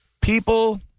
people